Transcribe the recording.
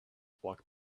walk